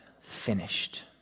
finished